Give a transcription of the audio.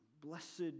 blessed